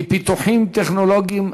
מפיתוחים טכנולוגיים רבי-תפוצה,